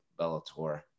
Bellator